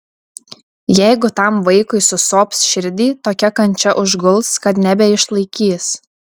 jeigu tam vaikui susops širdį tokia kančia užguls kad nebeišlaikys